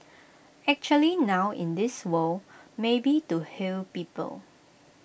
actually now in this world maybe to heal people